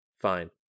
Fine